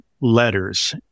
letters